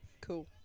Cool